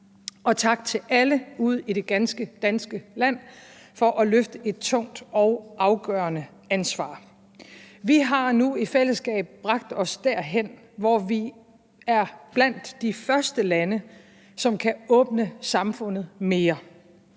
Og tak til alle ude i det ganske danske land for at løfte et tungt og afgørende ansvar. Vi har nu i fællesskab bragt os derhen, hvor vi er blandt de første lande, som kan åbne samfundet mere.